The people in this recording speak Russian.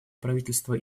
правительство